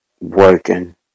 working